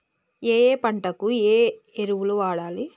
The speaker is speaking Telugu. ఏయే పంటకు ఏ ఎరువులు వాడాలి?